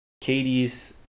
Katie's